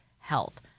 Health